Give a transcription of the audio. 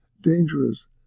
dangerous